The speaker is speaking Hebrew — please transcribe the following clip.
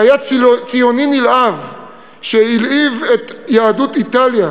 היה ציוני נלהב שהלהיב את יהדות איטליה